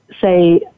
say